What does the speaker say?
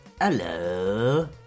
Hello